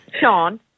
Sean